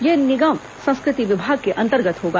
यह निगम संस्कृति विभाग के अंतर्गत होगा